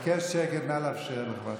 לא ראינו,